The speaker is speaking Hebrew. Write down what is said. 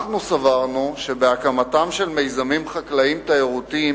אנחנו סברנו שבהקמתם של מיזמים חקלאיים תיירותיים